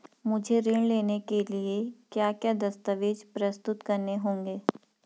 मुझे ऋण लेने के लिए क्या क्या दस्तावेज़ प्रस्तुत करने होंगे?